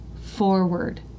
forward